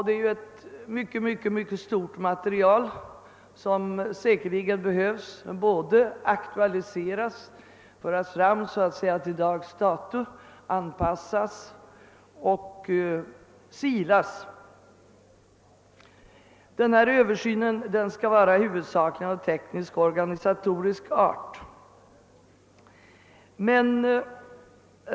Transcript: Det är ett mycket stort material som säkerligen behöver både aktualiseras, så att säga föras fram till dags dato, anpassas och silas. Denna Översyn skall huvudsakligen vara av teknisk och organisatorisk art.